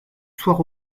soir